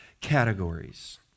categories